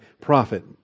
profit